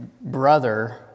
brother